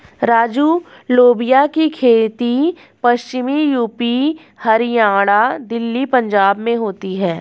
राजू लोबिया की खेती पश्चिमी यूपी, हरियाणा, दिल्ली, पंजाब में होती है